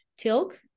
Tilk